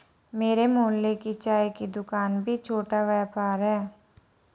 मेरे मोहल्ले की चाय की दूकान भी छोटा व्यापार है